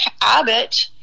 Abbott